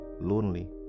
lonely